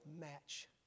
match